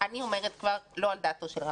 אני אומרת, לא על דעתו של רם,